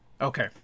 Okay